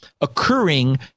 occurring